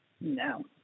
No